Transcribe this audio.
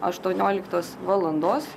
aštuonioliktos valandos